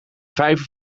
vijver